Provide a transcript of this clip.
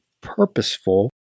purposeful